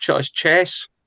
chess